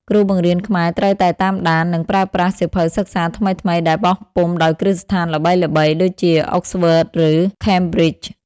គ្រូបង្រៀនខ្មែរត្រូវតែតាមដាន និងប្រើប្រាស់សៀវភៅសិក្សាថ្មីៗដែលបោះពុម្ពដោយគ្រឹះស្ថានល្បីៗដូចជា Oxford ឬ Cambridge។